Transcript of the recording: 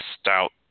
stout